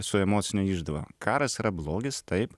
su emocine išdava karas yra blogis taip